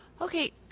Okay